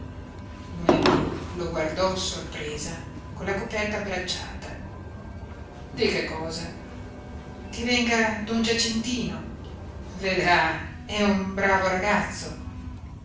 noemi lo guardò sorpresa con la coperta abbracciata di che cosa che venga don giacintino vedrà è un bravo ragazzo